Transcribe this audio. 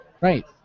right